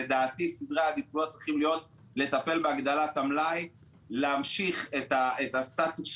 לדעתי סדרי העדיפויות צריכים להיות לטפל בהגדלת המלאי להמשיך את הסטטוס